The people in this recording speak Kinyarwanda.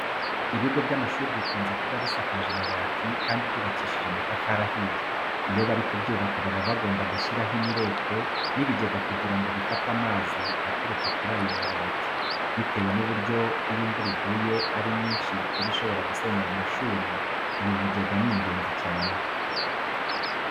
Ibigo by'amashuri bikunze kuba bisakaje amabati kandi byubakishije amatafari ahiye. Iyo bari kubyubaka baba bagomba gushyiraho imireko n'ibigega kugira ngo bifate amazi aturuka kuri ayo mabati. Bitewe n'uburyo iyo imvura iguye ari nyinshi iba ishobora gusenya aya mashuri, ibi bigega ni ingenzi cyane.